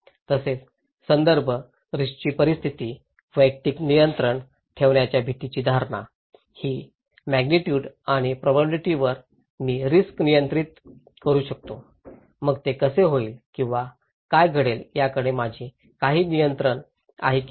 तसेच संदर्भ रिस्कची परिस्थिती वैयक्तिक नियंत्रण ठेवण्याच्या भीतीची धारणा ही मॅग्नेटयूड आणि प्रोबॅबिलिटीवर मी रिस्क नियंत्रित करू शकतो मग ते कसे होईल किंवा काय घडेल याकडे माझे काही नियंत्रण आहे की नाही